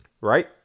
Right